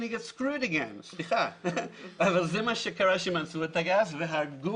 אבל זה מה שקרה כשמצאו את הגז והרגו